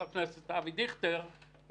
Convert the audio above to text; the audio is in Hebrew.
הדיסקט צריך להתחלף.